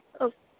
okay